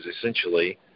essentially